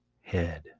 head